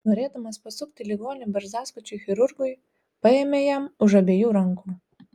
norėdamas pasukti ligonį barzdaskučiui chirurgui paėmė jam už abiejų rankų